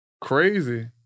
Crazy